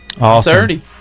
Awesome